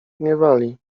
gniewali